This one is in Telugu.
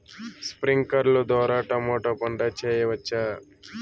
స్ప్రింక్లర్లు ద్వారా టమోటా పంట చేయవచ్చా?